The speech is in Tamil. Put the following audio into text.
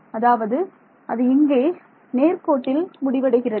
அதாவது அது இங்கே ஒரு நேர் கோட்டில் முடிவடைகிறது